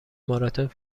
ماراتن